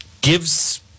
gives